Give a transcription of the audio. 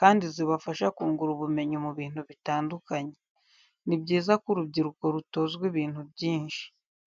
kandi zibafsha kungura ubumenyi mu bintu bitandukanye. Ni byiza ko urubyiruko rutozwa ibintu byinshi.